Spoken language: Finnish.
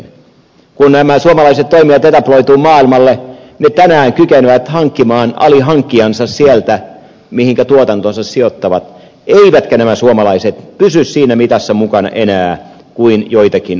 kun nämä suomalaiset toimijat etabloituvat maailmalle ne tänään kykenevät hankkimaan alihankkijansa sieltä mihinkä tuotantonsa sijoittavat eivätkä nämä suomalaiset enää pysy siinä mitassa mukana niin kuin joitakin vuosia sitten